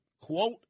quote